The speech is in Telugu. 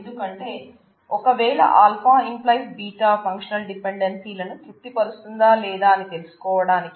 ఎందుకంటే ఒకవేళ α → β ఫంక్షనల్ డిపెండెన్సీలను తృప్తి పరుస్తుందా లేదా అని తెలుసుకోవడానికి